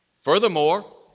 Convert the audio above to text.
Furthermore